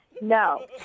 No